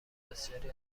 بسیاری